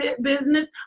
business